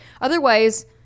Otherwise